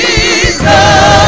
Jesus